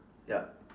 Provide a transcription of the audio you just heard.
ya